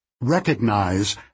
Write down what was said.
Recognize